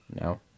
No